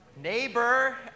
Neighbor